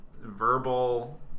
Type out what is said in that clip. verbal